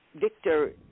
Victor